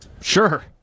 Sure